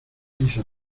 piso